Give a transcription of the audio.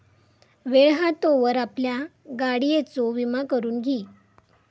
वेळ हा तोवर आपल्या गाडियेचो विमा करून घी